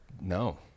No